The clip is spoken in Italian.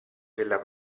della